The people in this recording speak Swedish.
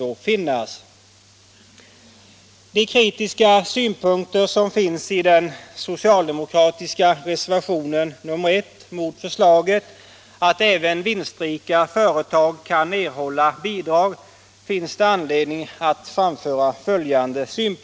Med anledning av de kritiska synpunkter som framförs i den socialdemokratiska reservationen nr 1 mot förslaget att även vinstrika företag kan erhålla bidrag finns det anledning att påpeka följande.